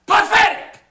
Pathetic